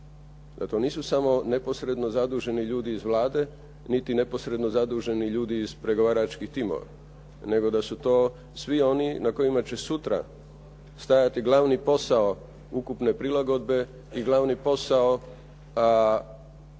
da to nisu samo neposredno zaduženi ljudi iz Vlade, niti neposredno zaduženi ljudi iz pregovaračkih timova, nego da su to svi oni na kojima će sutra stajati glavni posao ukupne prilagodbe i glavni posao oko